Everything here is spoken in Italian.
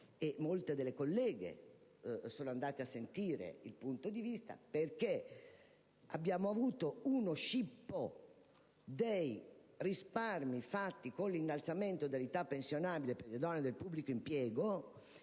Molte delle colleghe sono andate ad ascoltare il loro punto di vista, perché abbiamo subito lo scippo dei risparmi realizzati con l'innalzamento dell'età pensionabile per le donne del pubblico impiego.